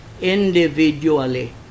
Individually